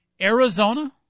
Arizona